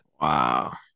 Wow